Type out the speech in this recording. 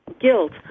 guilt